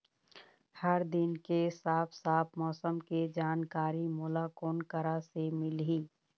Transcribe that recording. हर दिन के साफ साफ मौसम के जानकारी मोला कोन करा से मिलही?